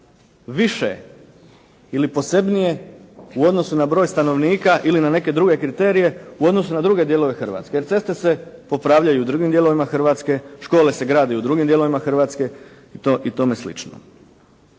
više ili posebnije u odnosu na broj stanovnika ili na neke druge kriterije u odnosu na druge dijelove Hrvatske, jer ceste se popravljaju u drugim dijelovima Hrvatske, škole se grade i u drugim dijelovima Hrvatske i tome slično,